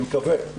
אני מקווה.